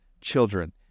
children